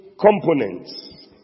components